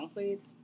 Please